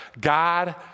God